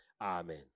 Amen